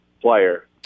Player